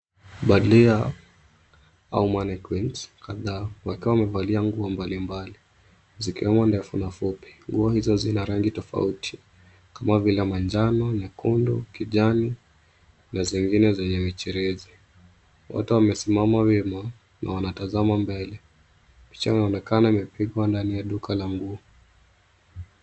Badilia au mannequins kadhaa wakiwa wamevalia nguo mbali mbali, zikiwemo ndefu na fupi. Nguo hizo zina rangi tofauti kama vile: manjano, nyekundu, kijani na zingine zenye michirizi. Wote wamesimama wima na wanatazama mbele. Picha inaonekana imepigwa ndani ya duka la nguo.